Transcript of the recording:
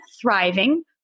thriving